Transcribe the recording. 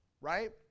right